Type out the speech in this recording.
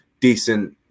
decent